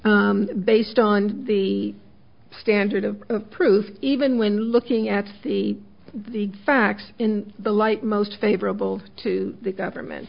based on the standard of proof even when looking at the the facts in the light most favorable to the government